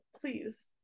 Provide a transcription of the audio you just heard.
please